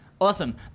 Awesome